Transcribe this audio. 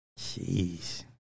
Jeez